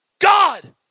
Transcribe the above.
God